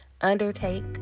Undertake